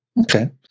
Okay